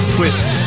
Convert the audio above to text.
Twist